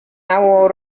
nało